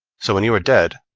so, when you are dead,